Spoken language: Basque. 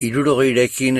hirurogeirekin